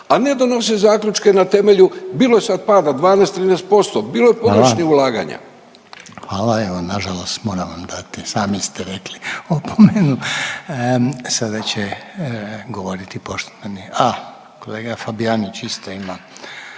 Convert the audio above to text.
a ne donosit zaključke na temelju bilo je sad pada 12, 13%, bilo je pogrešnih ulaganja. **Reiner, Željko (HDZ)** Hvala. Evo na žalost moram vam dati, sami ste rekli opomenu. Sada će govoriti poštovani, a kolega Fabijanić isto ima